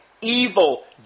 Evil